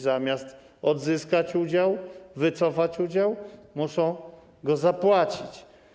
Zamiast odzyskać udział, wycofać udział, muszą go zapłacić.